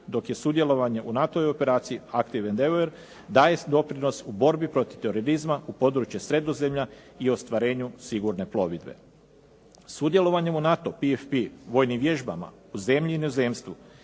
dok je sudjelovanje u NATO-ovoj operaciji Activ Endeavour daje doprinos u borbi protiv terorizma u područje Sredozemlja i ostvarenju sigurne plovidbe. Sudjelovanjem u NATO PFP vojnim vježbama u zemlji i inozemstvu,